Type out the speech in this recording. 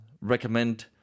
recommend